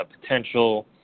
potential